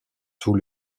tout